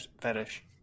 fetish